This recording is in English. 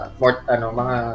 mga